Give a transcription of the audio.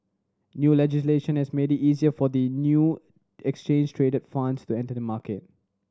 new legislation has made it easier for the new exchange traded funds to enter the market